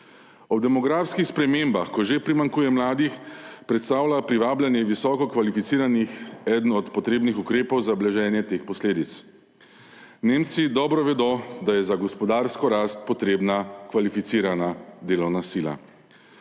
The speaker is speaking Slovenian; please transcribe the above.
Ob demografskih spremembah, ko že primanjkuje mladih, predstavlja privabljanje visokokvalificiranih eden od potrebnih ukrepov za blaženje teh posledic. Nemci dobro vedo, da je za gospodarsko rast potreba kvalificirana delovna sila.